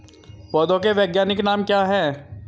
पौधों के वैज्ञानिक नाम क्या हैं?